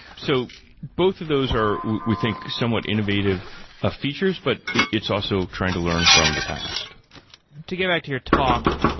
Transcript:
so both of those are we think somewhat innovative ah features, but it's also trying to learn from the past to get back to your talk,